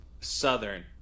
southern